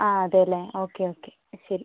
ആ അതെയല്ലേ okay okay ശരി